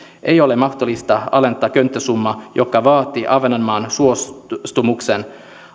ei ole mahdollista alentaa könttäsummaa joka vaatii ahvenanmaan suostumuksen